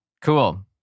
Cool